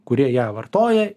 kurie ją vartoja